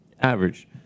average